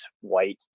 white